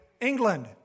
England